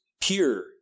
pure